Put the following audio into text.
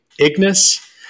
ignis